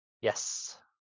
Yes